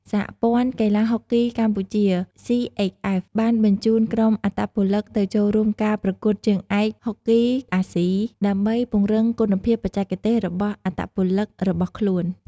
សហព័ន្ធកីឡាហុកគីកម្ពុជា សុី អេក ហ្វេស បានបញ្ជូនក្រុមអត្តពលិកទៅចូលរួមការប្រកួតជើងឯកហុកគីអាស៊ី ដើម្បីពង្រឹងគុណភាពបច្ចេកទេសរបស់អត្តពលិករបស់ខ្លួន។